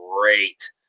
great